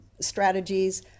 strategies